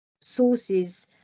sources